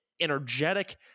energetic